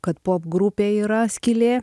kad popgrupė yra skylė